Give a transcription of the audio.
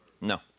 No